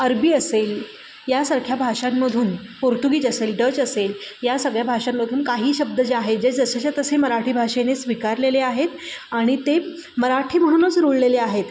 अरबी असेल यासारख्या भाषांमधून पोर्तुगीज असेल डच असेल या सगळ्या भाषांमधून काही शब्द जे आहेत जे जसेच्या तसे मराठी भाषेने स्वीकारलेले आहेत आणि ते मराठी म्हणूनच रुळलेले आहेत